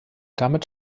damit